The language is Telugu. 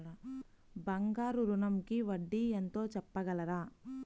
బంగారు ఋణంకి వడ్డీ ఎంతో చెప్పగలరా?